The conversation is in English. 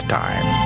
time